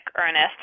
Ernest